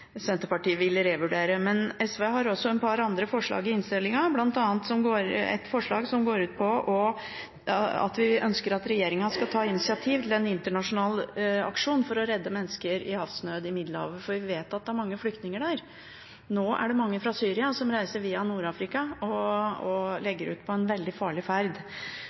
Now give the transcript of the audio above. Senterpartiet vil revurdere. Men SV har også et par andre forslag i innstillingen, bl.a. ett forslag som går ut på at vi ønsker at regjeringen skal ta initiativ til en internasjonal aksjon for å redde mennesker i havsnød i Middelhavet, for vi vet at det er mange flyktninger der. Nå er det mange fra Syria som reiser via Nord-Afrika og legger ut på en veldig farlig ferd,